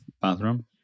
bathroom